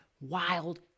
Wild